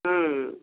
ହୁଁ